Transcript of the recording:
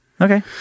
Okay